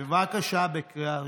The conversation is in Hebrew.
בבקשה, לקריאה ראשונה.